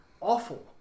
awful